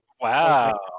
Wow